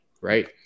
right